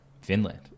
Finland